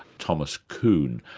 thomas kuhn,